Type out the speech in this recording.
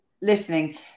listening